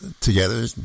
together